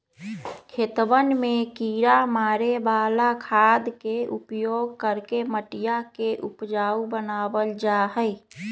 खेतवन में किड़ा मारे वाला खाद के उपयोग करके मटिया के उपजाऊ बनावल जाहई